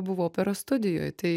buvau operos studijoj tai